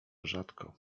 rzadko